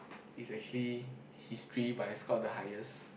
is actually History but I scored the highest